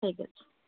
ଠିକ୍ ଅଛି